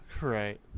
Right